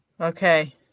Okay